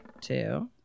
Two